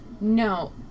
No